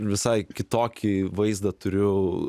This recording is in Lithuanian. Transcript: visai kitokį vaizdą turiu